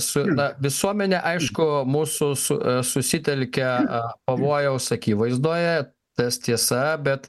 su ta visuomene aišku mūsų su susitelkia pavojaus akivaizdoje tas tiesa bet